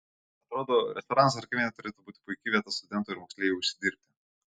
atrodo restoranas ar kavinė turėtų būti puiki vieta studentui ar moksleiviui užsidirbti